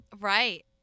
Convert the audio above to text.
Right